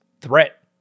threat